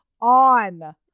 on